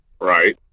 Right